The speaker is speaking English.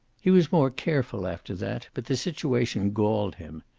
he was more careful after that, but the situation galled him.